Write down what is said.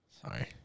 Sorry